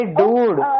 dude